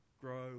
Grow